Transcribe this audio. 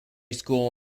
school